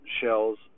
shells